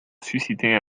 susciter